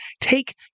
take